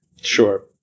Sure